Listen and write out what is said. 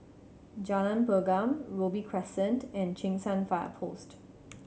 Jalan Pergam Robey Crescent and Cheng San Fire Post